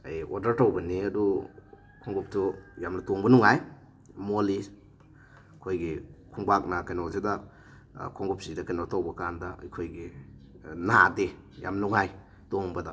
ꯑꯩ ꯑꯣꯗꯔ ꯇꯧꯕꯅꯤ ꯑꯗꯨ ꯈꯣꯡꯎꯞꯇꯨ ꯌꯥꯝꯅ ꯇꯣꯡꯕ ꯅꯨꯡꯉꯥꯏ ꯃꯣꯜꯂꯤ ꯑꯩꯈꯣꯏꯒꯤ ꯈꯣꯡꯄꯥꯛꯅ ꯀꯩꯅꯣꯁꯤꯗ ꯈꯣꯡꯎꯞꯁꯤꯗ ꯀꯩꯅꯣ ꯇꯧꯕ ꯀꯥꯟꯗ ꯑꯩꯈꯣꯏꯒꯤ ꯅꯥꯗꯦ ꯌꯥꯝ ꯅꯨꯡꯉꯥꯏ ꯇꯣꯡꯕꯗ